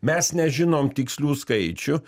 mes nežinom tikslių skaičių